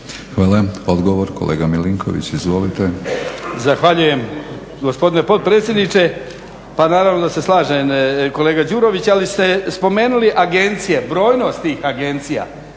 Hvala. Odgovor kolega Milinković, izvolite. **Milinković, Stjepan (HDZ)** Zahvaljujem gospodine potpredsjedniče. Pa naravno da se slažem kolega Đurović, ali ste spomenuli agencije, brojnost tih agencija,